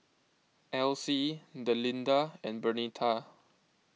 Alcie Delinda and Bernita